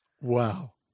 Wow